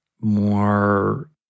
more